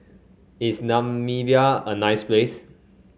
is Namibia a nice place